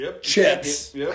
Chips